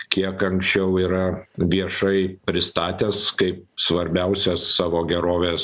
kiek anksčiau yra viešai pristatęs kaip svarbiausias savo gerovės